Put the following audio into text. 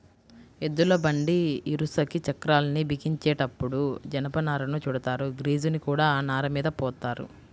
ఎద్దుల బండి ఇరుసుకి చక్రాల్ని బిగించేటప్పుడు జనపనారను చుడతారు, గ్రీజుని కూడా ఆ నారమీద పోత్తారు